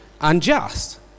unjust